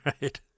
right